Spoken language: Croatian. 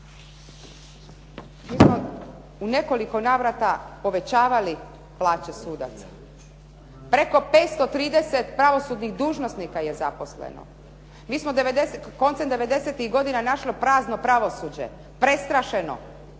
Mi smo u nekoliko navrata povećavali plaće sudaca, preko 530 pravosudnih dužnosnika je zaposleno. Mi smo koncem '90.-tih godina našli prazno pravosuđe, prestrašeno,